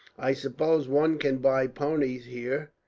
i suppose one can buy ponies here.